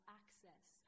access